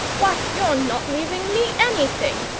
why, you're not leaving me anything!